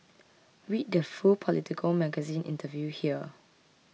read the full Politico Magazine interview here